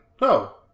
no